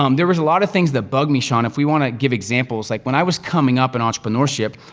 um there was a lot of things that bug me, sean, if we wanna give examples like when i was coming up in entrepreneurship,